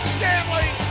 Stanley